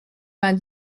vingt